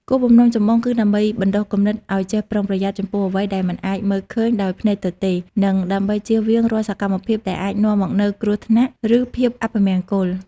គោលបំណងចម្បងគឺដើម្បីបណ្ដុះគំនិតឲ្យចេះប្រុងប្រយ័ត្នចំពោះអ្វីដែលមិនអាចមើលឃើញដោយភ្នែកទទេ និងដើម្បីជៀសវាងរាល់សកម្មភាពដែលអាចនាំមកនូវគ្រោះថ្នាក់ ឬភាពអពមង្គល។